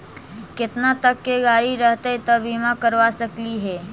केतना तक के गाड़ी रहतै त बिमा करबा सकली हे?